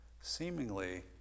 seemingly